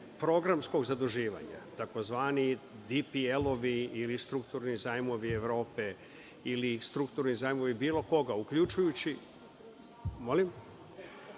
programskog zaduživanja, tzv. DPL ili strukturni zajmovi Evrope ili strukturni zajmovi bilo koga uključujući, dobro